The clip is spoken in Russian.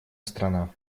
страна